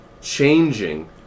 changing